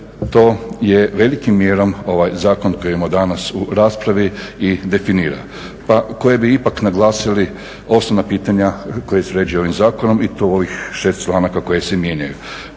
to velikom mjerom ovaj zakon koji imamo danas u raspravi i definira pa koje bi ipak naglasili osnovna pitanja koja se uređuju ovim zakonom i to ovih 6 članaka koji se mijenjaju.